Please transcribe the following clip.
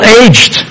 aged